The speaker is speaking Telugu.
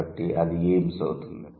కాబట్టి అది ఎయిమ్స్ అవుతుంది